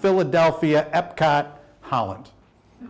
philadelphia epcot holland